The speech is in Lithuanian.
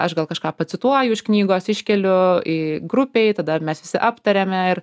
aš gal kažką pacituoju iš knygos iškeliu į grupei tada mes visi aptariame ir